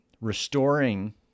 restoring